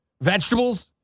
vegetables